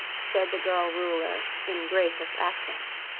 said the girl ruler, in gracious accents.